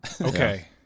okay